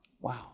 Wow